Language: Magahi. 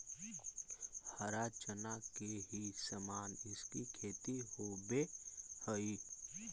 हरा चना के ही समान इसकी खेती होवे हई